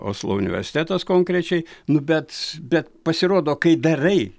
oslo universitetas konkrečiai nu bet bet pasirodo kai darai